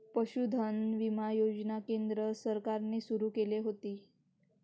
पशुधन विमा योजना केंद्र सरकारने सुरू केली होती